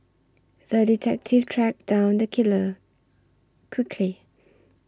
the detective tracked down the killer quickly